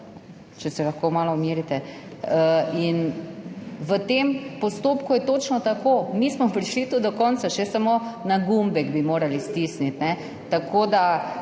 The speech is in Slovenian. če se lahko malo umirite – in v tem postopku je točno tako. Mi smo prišli tu do konca, še samo na gumbek bi morali stisniti. Tako da,